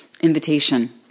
invitation